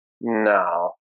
No